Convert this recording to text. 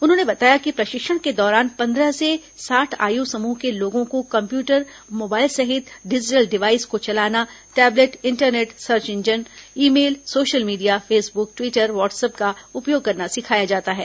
उन्होंने बताया कि प्रशिक्षण के दौरान पंद्रह से साठ आयु समूह के लोगों को कम्प्यूटर मोबाइल सहित डिजिटल डिवाइस को चलाना tablet internet search engine e mail social media Facebook Twitter WhatsApp का उपयोग करना सिखाया जाता है